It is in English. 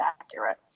accurate